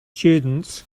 students